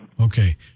Okay